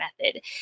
method